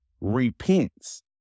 repents